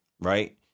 right